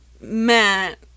Matt